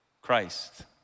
Christ